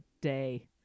day